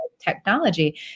technology